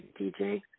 DJ